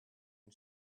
and